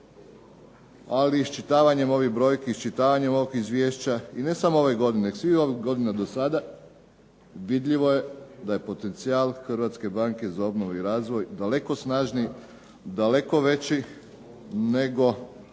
ali iščitavanjem ovih brojki iščitavanjem ovog izvješća i ne samo ove godine nego svih ovih godina do sada, vidljivo je da je potencijal HBOR-a daleko snažniji, daleko veći nego